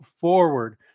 forward